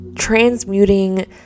transmuting